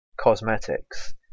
cosmetics